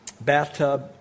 bathtub